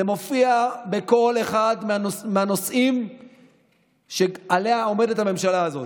זה מופיע בכל אחד מהנושאים שעליהם עומדת הממשלה הזאת.